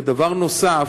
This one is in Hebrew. ודבר נוסף,